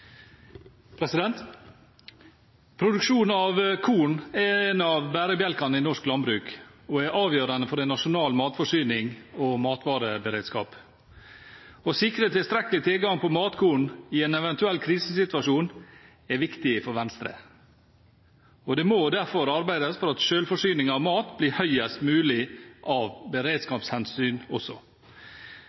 er avgjørende for en nasjonal matforsyning og matvareberedskap. Å sikre tilstrekkelig tilgang på matkorn i en eventuell krisesituasjon er viktig for Venstre, og det må derfor arbeides for at selvforsyningen av mat blir høyest mulig av beredskapshensyn også.